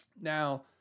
Now